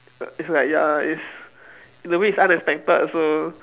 it's like ya it's in a way it's unexpected so